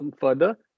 further